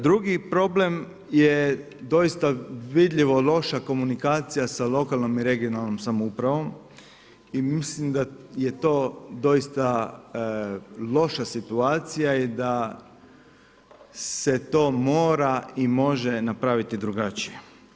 Drugi problem je doista vidljivo loša komunikacija sa lokalnom i regionalnom samoupravom i mislim da je to doista loša situacija da se to mora i može napraviti drugačije.